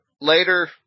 Later